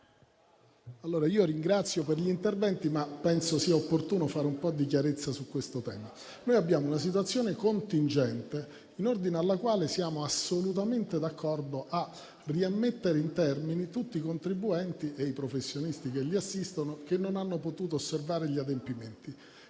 ringrazio per gli interventi, ma penso sia opportuno fare un po' di chiarezza sul tema. Abbiamo una situazione contingente in ordine alla quale siamo assolutamente d'accordo a rimettere in termini tutti i contribuenti e i professionisti che li assistono che non hanno potuto osservare gli adempimenti.